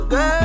Girl